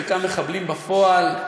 חלקם מחבלים בפועל,